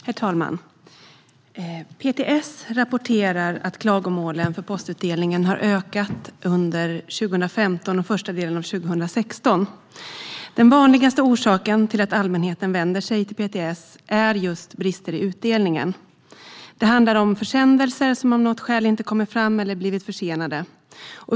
Herr talman! PTS rapporterar att klagomålen på postutdelningen har ökat under 2015 och första delen av 2016. Den vanligaste orsaken till att allmänheten vänder sig till PTS är just brister i utdelningen. Det handlar om försändelser som av något skäl inte kommit fram eller blivit försenade.